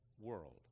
World